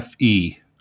FE